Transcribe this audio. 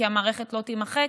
כי המערכת לא תימחק.